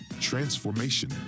transformation